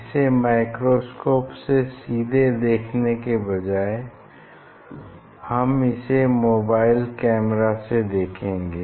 इसे माइक्रोस्कोप से सीधे देखने की बजाए हम इसे मोबाइल कैमरा से देखेंगे